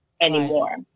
anymore